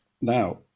Now